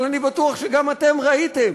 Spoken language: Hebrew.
אבל אני בטוח שגם אתם ראיתם